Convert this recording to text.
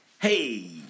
Hey